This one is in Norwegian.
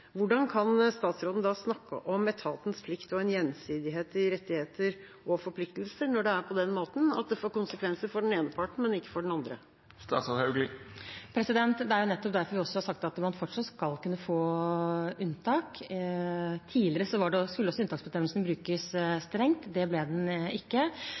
Hvordan kan statsråden snakke om etatens plikt og en gjensidighet i rettigheter og forpliktelser når det er på den måten at det får konsekvenser for den ene parten, men ikke for den andre? Det er nettopp derfor vi har sagt at man fortsatt skal kunne få unntak. Tidligere skulle unntaksbestemmelsen brukes strengt. Det